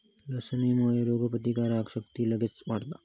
लसणेमुळा रोगप्रतिकारक शक्ती लगेच वाढता